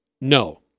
no